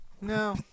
No